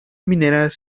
mineras